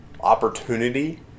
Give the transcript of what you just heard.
opportunity